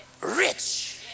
rich